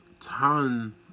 ton